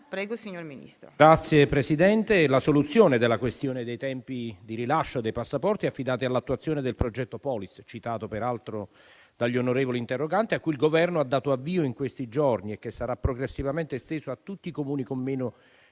dell'interno*. Signora Presidente, la soluzione della questione dei tempi di rilascio dei passaporti è affidata all'attuazione del progetto Polis, citato peraltro dagli onorevoli interroganti, a cui il Governo ha dato avvio in questi giorni e che sarà progressivamente esteso a tutti i Comuni con meno